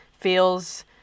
feels